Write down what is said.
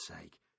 sake